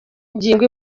ngingo